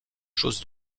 chose